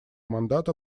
мандата